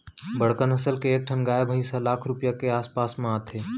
बड़का नसल के एक ठन गाय भईंस ह लाख रूपया के आस पास म आथे